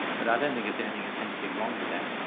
but i don't think there's anything essentially wrong with that.